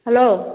hello